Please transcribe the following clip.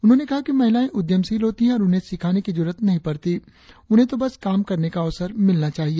उन्होंने कहा कि महिलाएं उद्यमशील होती है और उन्हें सिखाने की जरुरत नहीं पड़ती उन्हें तो बस काम करने का अवसर चाहिए